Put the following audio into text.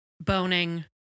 boning